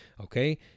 okay